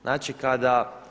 Znači, kada…